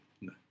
No